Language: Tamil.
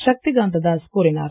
சக்தி காந்த தாஸ் கூறினார்